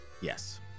Yes